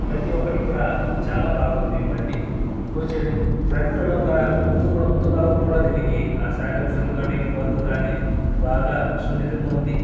ప్రతి ఒక్కటి కూడా చాలా బాగుంది బండి కూర్చొని ఫ్రంట్లో కాడా ముందు కూడా ముందు భాగం కూడా దీనికి ఆ షాక్ అబ్సర్వర్లు కానీ ఫోర్క్ కానీ బాగా సున్నితంగా ఉంది